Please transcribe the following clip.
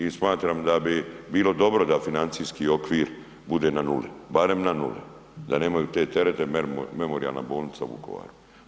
I smatram da bi bilo dobro da financijski okvir bude na nuli, barem na nuli, da nemaju te terete, memorijalna bolnica u Vukovaru.